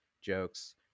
jokes